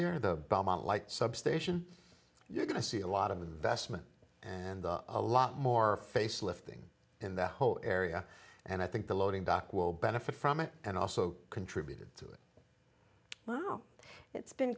there the belmont light substation you're going to see a lot of investment and a lot more facelift thing in that whole area and i think the loading dock will benefit from it and also contributed to it wow it's been